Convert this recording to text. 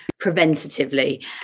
preventatively